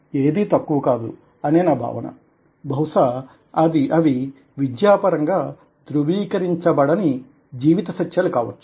ఏదీ తక్కువ కాదు అని నా భావన బహుసా అవి విద్యాపరంగా దృవీకరించబడని జీవిత సత్యాలు కావచ్చు